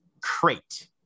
crate